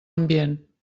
ambient